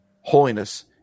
holiness